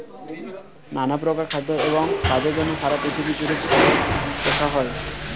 নানা প্রকার খাদ্য এবং কাজের জন্য সারা পৃথিবী জুড়ে ছাগল পোষা হয়